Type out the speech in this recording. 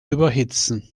überhitzen